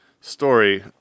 story